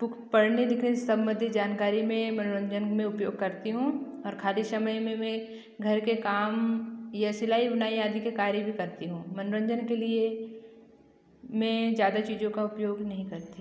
book पढ़ने लिखने से संबंधित जानकारी में मनोरंजन में उपयोग करती हुँ और खाली समय में मैं घर के काम या सिलाई बुनाई या आदि के कार्य भी करती हूँ मनोरंजन के लिए मैं ज़्यादा चीज़ों का उपयोग नहीं करती